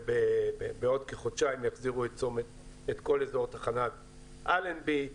ובעוד כחודשיים יחזירו את כל אזור תחנת אלנבי.